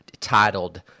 titled